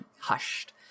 hushed